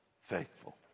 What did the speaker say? faithful